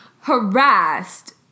harassed